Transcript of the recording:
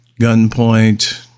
gunpoint